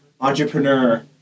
entrepreneur